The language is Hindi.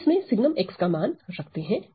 हम इसमें sgn का मान रखते हैं